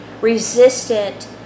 resistant